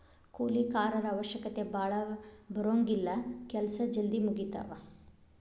ಕೂಲಿ ಕಾರರ ಅವಶ್ಯಕತೆ ಭಾಳ ಬರುಂಗಿಲ್ಲಾ ಕೆಲಸಾ ಜಲ್ದಿ ಮುಗಿತಾವ